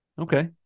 Okay